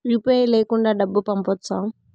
UPI లేకుండా డబ్బు పంపొచ్చా